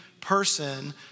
person